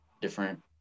different